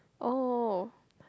oh